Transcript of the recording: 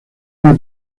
una